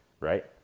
right